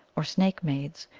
or snake-maids,